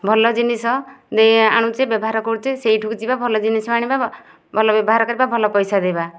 ଭଲ ଜିନିଷ ଆଣୁଛେ ବ୍ୟବହାର କରୁଛେ ସେଉଠୁକୁ ଯିବା ଭଲ ଜିନିଷ ଆଣିବା ଭଲ ବ୍ୟବହାର କରିବା ଭଲ ପଇସା ଦେବା